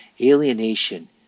Alienation